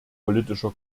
politischer